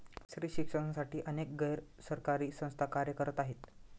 स्त्री शिक्षणासाठी अनेक गैर सरकारी संस्था कार्य करत आहेत